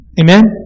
Amen